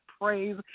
praise